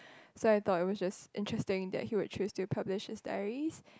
so I thought it was just interesting that he would choose to publish his diaries